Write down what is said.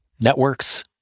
networks